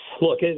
Look